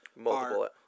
Multiple